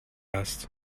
هست